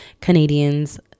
Canadians